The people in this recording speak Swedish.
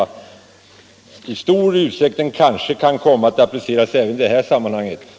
Jag tror att den typen av beräkningar i stor utsträckning kan komma att användas också i det här sammanhanget.